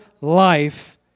life